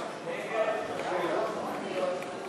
ההצעה להסיר מסדר-היום את הצעת חוק מס